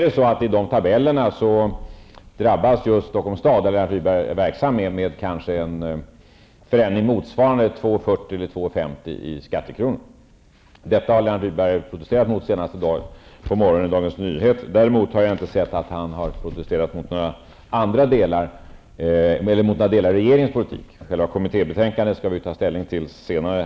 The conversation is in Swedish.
Enligt tabellerna skulle just Stockholms stad, där Lennart Rydberg är verksam, drabbas av en förändring motsvarande Lennart Rydberg protesterat mot, senast i dagens Dagens Nyheter. Däremot har jag inte sett att han har protesterat mot några delar i regeringens politik. Själva kommittébetänkandet skall ju riksdagen ta ställning till senare.